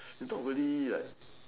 is not really like